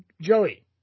Joey